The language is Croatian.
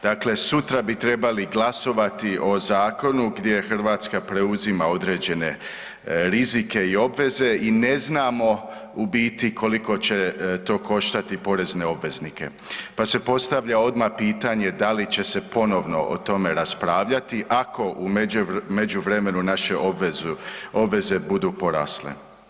Dakle, sutra bi trebali glasovati o zakonu gdje Hrvatska preuzima određene rizike i obveze i ne znamo u biti koliko će to koštati porezne obveznike, pa se postavlja odma pitanje da li će se ponovno o tome raspravljati ako u međuvremenu naše obvezu, obveze budu porasle?